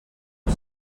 una